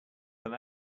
from